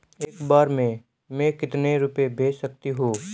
एक बार में मैं कितने रुपये भेज सकती हूँ?